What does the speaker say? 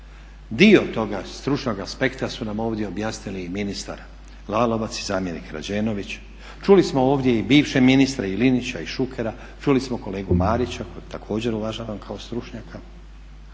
Dio toga stručnog aspekta su nam ovdje objasnili i ministar Lalovac i zamjenik Rađenović. Čuli smo ovdje i bivše ministre i Linića i Šukera, čuli smo kolegu Marića kojeg također uvažavam kao stručnjaka.